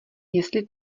jestli